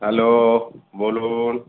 hello বলুন